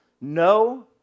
no